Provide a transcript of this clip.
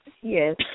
yes